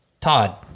Todd